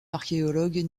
archéologues